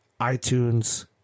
iTunes